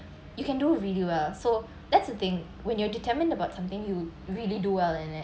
you can do really well so that's the thing when you're determined about something you really do well and then